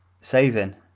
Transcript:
saving